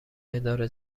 اداره